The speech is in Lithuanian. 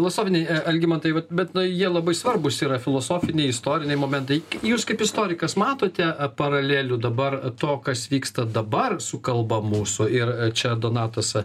filosofiniai algimantai vat bet na jie labai svarbūs yra filosofiniai istoriniai momentai jūs kaip istorikas matote paralelių dabar to kas vyksta dabar su kalba mūsų ir čia donatas